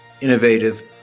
innovative